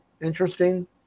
interesting